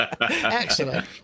Excellent